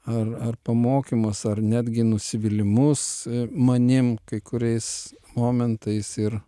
ar ar pamokymas ar netgi nusivylimus manim kai kuriais momentais ir